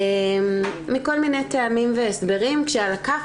מכל מיני טעמים והסברים כשעל הכף